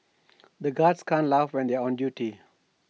the guards can't laugh when they are on duty